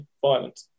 violent